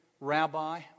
rabbi